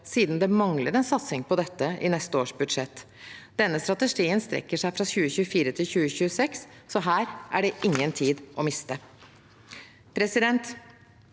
siden det mangler en satsing på dette i neste års budsjett. Denne strategien strekker seg fra 2024 til 2026, så her er det ingen tid å miste.